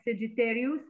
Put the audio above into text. Sagittarius